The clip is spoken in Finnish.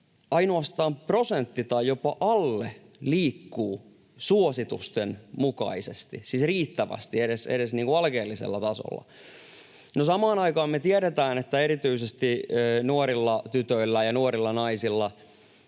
ainoastaan prosentti tai jopa alle liikkuu suositusten mukaisesti, siis riittävästi edes alkeellisella tasolla. No, samaan aikaan me tiedetään, että erityisesti nuorilla tytöillä ja nuorilla naisilla